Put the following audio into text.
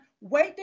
wait